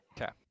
Okay